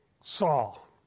Saul